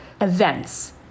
events